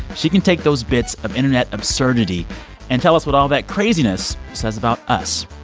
she can take those bits of internet absurdity and tell us what all that craziness says about us.